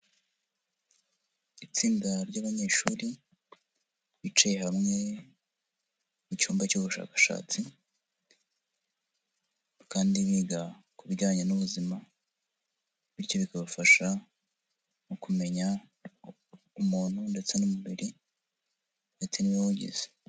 Itsinda ry'abanyeshuri bicaye hamwe mu cyumba cy'ubushakashatsi, kandi biga ku bijyanye n'ubuzima, bityo bikabafasha mu kumenya umuntu ndetse n'umubiri ndetse n'ibiwugize.